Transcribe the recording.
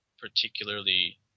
particularly